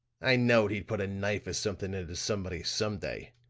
i knowed he'd put a knife or something into somebody, some day.